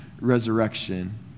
resurrection